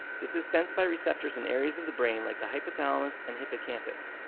this is sensed by receptors in areas of the brain like the hypothalamus and hippocampus,